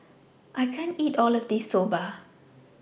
I can't eat All of This Soba